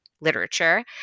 literature